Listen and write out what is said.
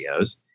videos